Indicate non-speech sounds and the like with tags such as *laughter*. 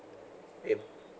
*noise*